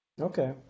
Okay